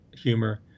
humor